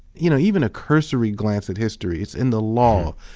you know even a cursory glance at history. it's in the law,